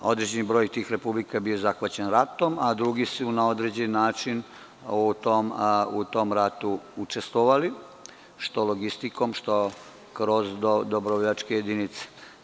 Određeni broj tih republika je bio zahvaćen ratom, a drugi su na određen način u tom ratu učestvovali, što logistikom, što kroz dobrovoljačke jedinice.